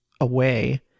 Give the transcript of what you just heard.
away